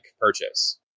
purchase